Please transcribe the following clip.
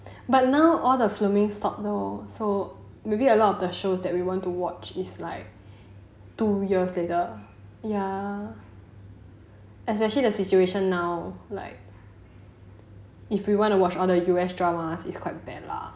but now all the filming stop no so maybe a lot of their shows that we want to watch is like two years later ya especially the situation now like if we want to watch on the U_S dramas is quite bad lah